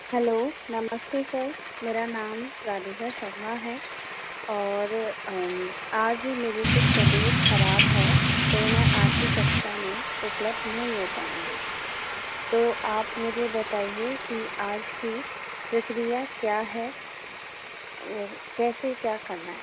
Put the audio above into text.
hello नमस्ते sir मेरा नाम राधिका शर्मा है और आज मेरी तबियत कुछ खराब है तो मैं आपकी कक्षा में उपलब्ध नहीं हो पाऊँगी तो आप मुझे बताइए कि आज की प्रक्रिया क्या है और कैसे क्या करना है